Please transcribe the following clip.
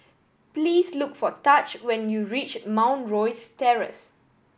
please look for Taj when you reach Mount Rosie Terrace